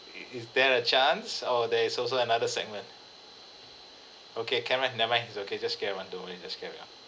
is is there a chance or there is also another segment okay can [one] never mind it's okay just get one don't worry just carry on